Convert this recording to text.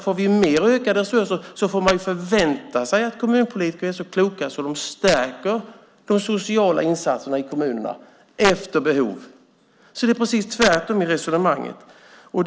Får vi ökade resurser får man ju vänta sig att kommunpolitiker är så kloka att de stärker de sociala insatserna i kommunerna efter behov. Det är precis tvärtemot resonemanget i interpellationen.